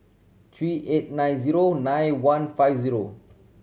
three eight nine zero nine one five zero